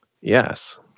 yes